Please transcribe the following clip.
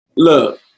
Look